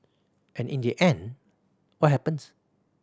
and in the end what happens